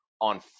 on